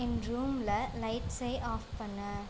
என் ரூமில் லைட்ஸை ஆஃப் பண்ணு